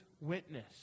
witness